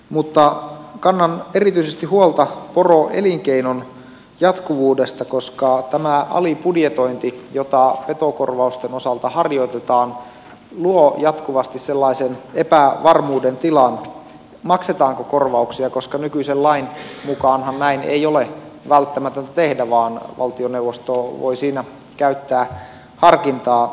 mutta kannan erityisesti huolta poroelinkeinon jatkuvuudesta koska tämä alibudjetointi jota petokorvausten osalta harjoitetaan luo jatkuvasti sellaisen epävarmuuden tilan maksetaanko korvauksia koska nykyisen lain mukaanhan näin ei ole välttämätöntä tehdä vaan valtioneuvosto voi siinä käyttää harkintaa